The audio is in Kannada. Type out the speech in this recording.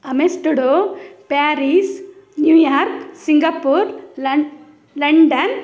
ಅಮೆಸ್ಟುಡೊ ಪ್ಯಾರಿಸ್ ನ್ಯೂಯಾರ್ಕ್ ಸಿಂಗಾಪುರ್ ಲನ್ ಲಂಡನ್